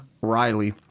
Riley